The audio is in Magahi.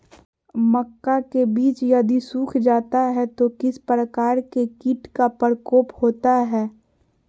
मक्का के बिज यदि सुख जाता है तो किस प्रकार के कीट का प्रकोप होता है?